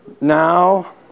Now